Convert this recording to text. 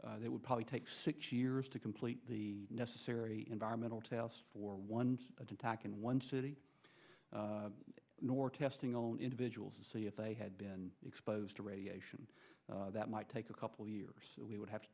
they would probably take six years to complete the necessary environmental tests for one attack and one city nor testing on individuals to see if they had been exposed to radiation that might take a couple of years we would have to